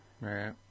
Right